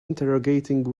interrogating